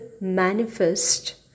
manifest